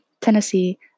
Tennessee